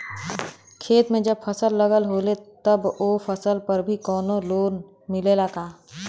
खेत में जब फसल लगल होले तब ओ फसल पर भी कौनो लोन मिलेला का?